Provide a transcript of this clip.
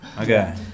okay